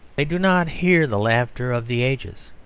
they do not hear the laughter of the ages.